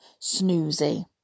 Snoozy